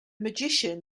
magician